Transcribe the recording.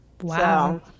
Wow